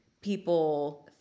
people